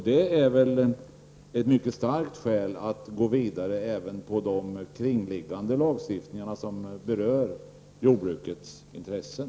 Det är väl ett mycket starkt skäl att gå vidare även med de kringliggande lagstiftningarna som berör jordbrukets intressen.